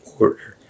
order